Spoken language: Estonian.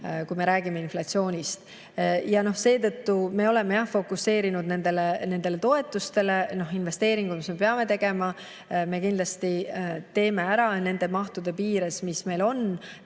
kui me räägime inflatsioonist. Seetõttu me oleme fokuseerinud nendele toetustele. Investeeringud, mis me peame tegema, me kindlasti teeme ära nende mahtude piires, mis meil on,